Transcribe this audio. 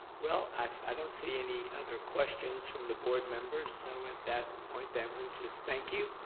well i don't see any other questions from the board members so at that point then, we'll just thank you.